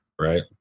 Right